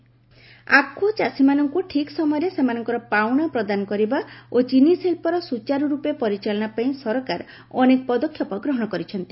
କେନ୍ farmers payment ଆଖୁଚାଷୀମାନଙ୍କୁ ଠିକ୍ ସମୟରେ ସେମାନଙ୍କର ପାଉଣା ପ୍ରଦାନ କରିବା ଓ ଚିନିଶିଳ୍ପର ସୁଚାରୁରୂପେ ପରିଚାଳନା ପାଇଁ ସରକାର ଅନେକ ପଦକ୍ଷେପ ଗ୍ରହଣ କରିଛନ୍ତି